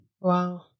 Wow